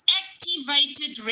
activated